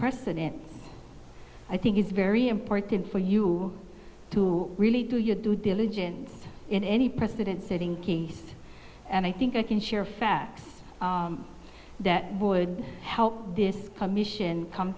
precedent i think it's very important for you to really do your due diligence in any precedent setting case and i think i can share facts that would help this commission come